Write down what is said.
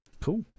Cool